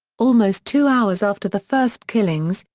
almost two hours after the first killings,